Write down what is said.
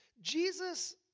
Jesus